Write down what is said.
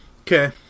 Okay